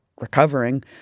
recovering